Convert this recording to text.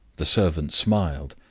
the servant smiled.